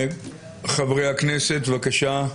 חברי הכנסת, בבקשה.